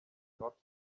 got